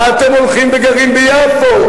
מה אתם הולכים וגרים ביפו?